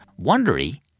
Wondery